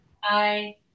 Bye